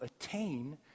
attain